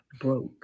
Broke